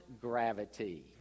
Gravity